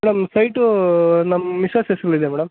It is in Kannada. ಮೇಡಮ್ ಸೈಟೂ ನಮ್ಮ ಮಿಸ್ಸಸ್ ಹೆಸರಲ್ಲಿದೆ ಮೇಡಮ್